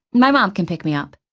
my mom can pick me up.